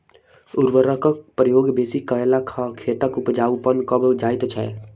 उर्वरकक प्रयोग बेसी कयला सॅ खेतक उपजाउपन कम भ जाइत छै